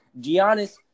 Giannis